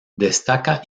destaca